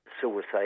suicide